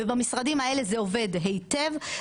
ובמשרדים האלה זה עובד היטב.